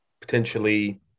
potentially